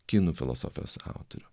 kinų filosofijos autorių